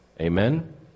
Amen